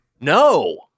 No